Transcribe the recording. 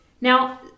Now